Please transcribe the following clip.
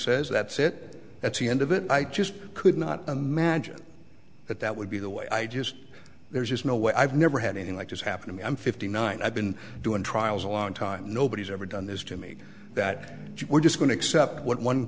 says that's it that's the end of it i just could not imagine but that would be the way i just there's just no way i've never had anything like this happen to me i'm fifty nine i've been doing trials a long time nobody's ever done this to me that we're just going to accept what one